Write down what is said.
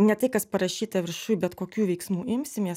ne tai kas parašyta viršuj bet kokių veiksmų imsimės